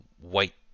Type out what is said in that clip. white